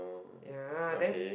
ya then